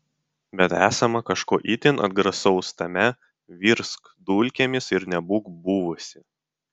bet esama kažko itin atgrasaus tame virsk dulkėmis ir nebūk buvusi